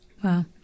Wow